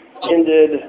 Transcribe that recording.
Ended